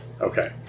Okay